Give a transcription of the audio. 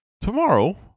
Tomorrow